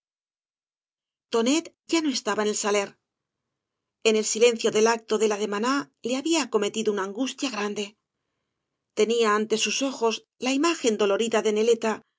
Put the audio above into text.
ya no estaba en el saler en el silencio del acto de la demaná le había acometido una angustia grande tenia ante sus ojos la imagen dolorida de neleta